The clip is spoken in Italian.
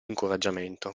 incoraggiamento